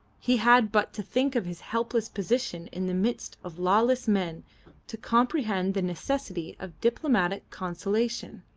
he had but to think of his helpless position in the midst of lawless men to comprehend the necessity of diplomatic conciliation.